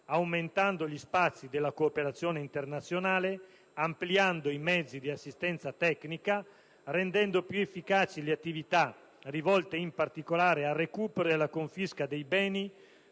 aumentando gli spazi della cooperazione internazionale, ampliando i mezzi di assistenza tecnica, rendendo più efficaci le attività rivolte in particolare al recupero e alla confisca dei beni,